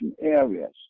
areas